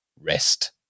rest